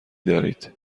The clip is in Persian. دارید